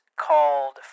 called